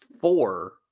four